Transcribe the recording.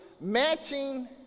matching